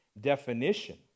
definition